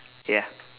ya